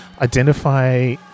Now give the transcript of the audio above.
identify